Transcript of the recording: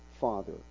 Father